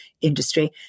industry